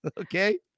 okay